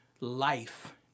life